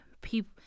people